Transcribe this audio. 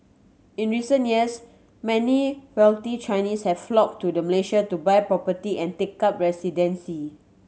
in recent years many wealthy Chinese have flocked to Malaysia to buy property and take up residency